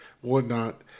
whatnot